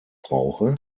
brauche